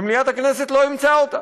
ומליאת הכנסת לא אימצה אותה,